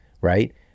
right